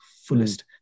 fullest